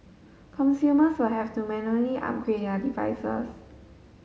consumers will have to manually upgrade their devices